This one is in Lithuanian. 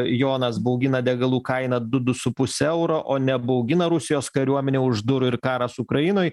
jonas baugina degalų kaina du du su puse euro o nebaugina rusijos kariuomenė už durų ir karas ukrainoj